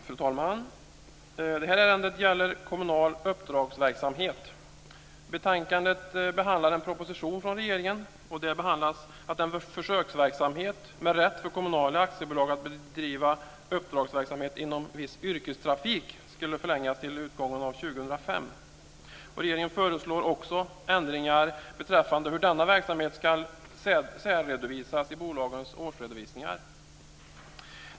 Fru talman! Detta ärende gäller kommunal uppdragsverksamhet. Betänkandet behandlar en proposition från regeringen om att en försöksverksamhet med rätt för kommunala aktiebolag att bedriva uppdragsverksamhet inom viss yrkestrafik ska förlängas till utgången av 2005. Regeringen föreslår också ändringar beträffande hur denna verksamhet ska särredovisas i bolagens årsredovisningar.